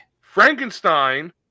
Frankenstein